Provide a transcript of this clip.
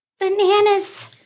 bananas